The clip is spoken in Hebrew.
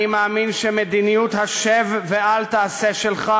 אני מאמין שמדיניות ה"שב ואל תעשה" שלך